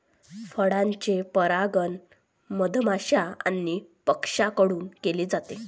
फळझाडांचे परागण मधमाश्या आणि पक्ष्यांकडून केले जाते